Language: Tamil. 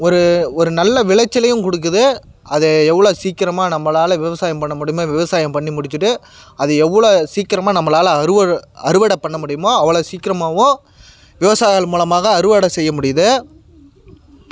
ஒரு ஒரு நல்ல விளைச்சலையும் கொடுக்குது அதை எவ்வளோ சீக்கிரமாக நம்மளால விவசாயம் பண்ண முடியுமோ விவசாயம் பண்ணி முடிச்சுட்டு அது எவ்வளோ சீக்கிரமாக நம்மளால அறுவடை பண்ண முடியுமோ அவ்வளோ சீக்கிரமாகவும் விவசாயிகள் மூலியமாக தான் அறுவடை செய்ய முடியுது